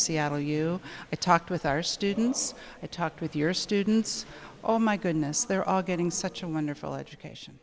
seattle you talked with our students i talked with your students oh my goodness they're all getting such a wonderful education